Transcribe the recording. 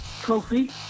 Trophy